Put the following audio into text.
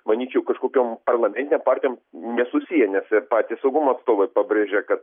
manyčiau kažkokiom parlamentėm partijom nesusiję nes ir patys saugumo atstovai pabrėžė kad